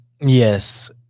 Yes